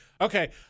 Okay